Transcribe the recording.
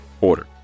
order